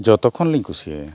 ᱡᱚᱛᱚ ᱠᱷᱚᱱᱞᱤᱧ ᱠᱩᱥᱤᱭᱟᱜᱼᱟ